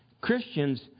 Christians